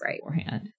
beforehand